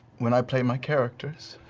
when i play my characters,